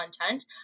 content